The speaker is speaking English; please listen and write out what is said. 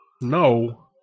No